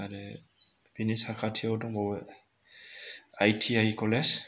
आरो बेनि साखाथियाव दंबावो आइटिआइ कलेज